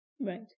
right